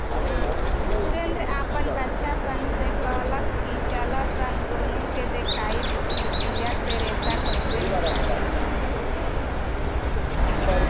सुरेंद्र आपन बच्चा सन से कहलख की चलऽसन तोहनी के देखाएम कि बिया से रेशा कइसे निकलाल जाला